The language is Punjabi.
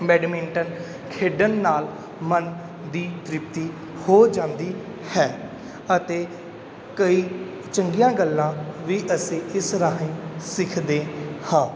ਬੈਡਮਿੰਟਨ ਖੇਡਣ ਨਾਲ ਮਨ ਦੀ ਤ੍ਰਿਪਤੀ ਹੋ ਜਾਂਦੀ ਹੈ ਅਤੇ ਕਈ ਚੰਗੀਆਂ ਗੱਲਾਂ ਵੀ ਅਸੀਂ ਇਸ ਰਾਹੀਂ ਸਿੱਖਦੇ ਹਾਂ